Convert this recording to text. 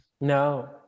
no